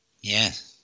Yes